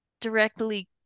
directly